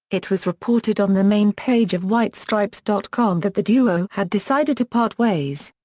it was reported on the main page of whitestripes dot com that the duo had decided to part ways.